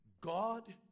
God